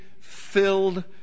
filled